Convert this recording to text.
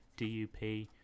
DUP